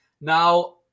Now